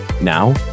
now